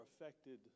affected